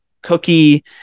cookie